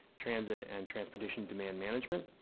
transit and transportation demand management.